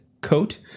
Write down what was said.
coat